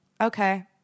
okay